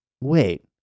Wait